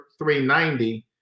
390